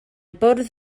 bwrdd